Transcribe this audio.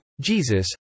Jesus